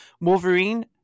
Wolverine